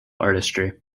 artistry